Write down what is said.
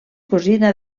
cosina